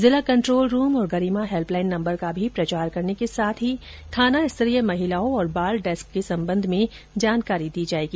जिला control room और Garima help line number का भी प्रचार करने के साथ थाना स्तरीय महिलाओं और बाल डेस्क के संबंध में जानकारी दी जाएगी